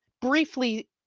briefly